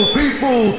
people